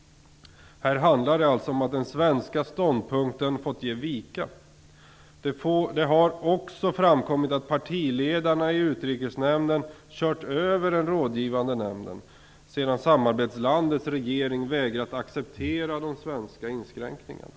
Här handlar det om att den svenska ståndpunkten fått ge vika. Det har också framkommit att partiledarna i Utrikesnämnden kört över den rådgivande nämnden sedan samarbetslandets regering vägrat acceptera de svenska inskränkningarna.